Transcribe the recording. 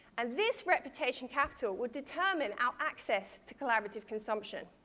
and this reputation capital will determine our access to collaborative consumption.